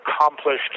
accomplished